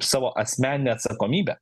savo asmeninę atsakomybę